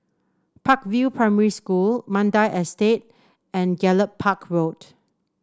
Park View Primary School Mandai Estate and Gallop Park Road